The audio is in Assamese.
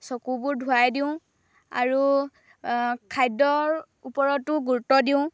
চকুবোৰ ধুৱাই দিওঁ আৰু খাদ্যৰ ওপৰতো গুৰুত্ব দিওঁ